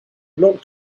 locked